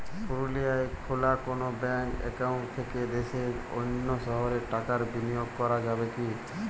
পুরুলিয়ায় খোলা কোনো ব্যাঙ্ক অ্যাকাউন্ট থেকে দেশের অন্য শহরে টাকার বিনিময় করা যাবে কি?